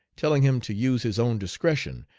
telling him to use his own discretion,